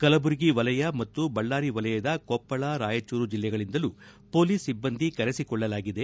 ಕಲಬುರಗಿ ವಲಯ ಮತ್ತು ಬಳ್ಲಾರಿ ವಲಯದ ಕೊಪ್ಲಳ ರಾಯಚೂರು ಜಿಲ್ಲೆಗಳಿಂದಲೂ ಪೊಲೀಸ್ ಸಿಭ್ಗಂದಿ ಕರೆಸಿಕೊಳ್ಳಲಾಗಿದೆ